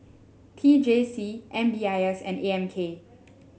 T J C M D I S and A M K